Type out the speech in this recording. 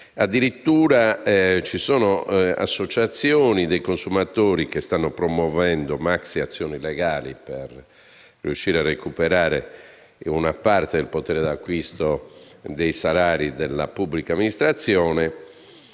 Addirittura, ci sono associazioni dei consumatori che stanno promuovendo maxiazioni legali, per riuscire a recuperare una parte del potere di acquisto dei salari della pubblica amministrazione.